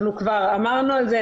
אנחנו כבר אמרנו את זה.